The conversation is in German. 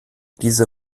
diese